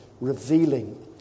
revealing